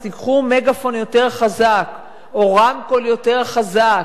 אז תיקחו מגאפון יותר חזק או רמקול יותר חזק,